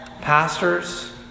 pastors